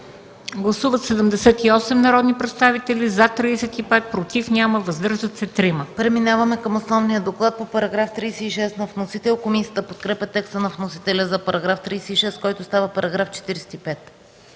Гласували 78 народни представители: за 70, против 1, въздържали се 7.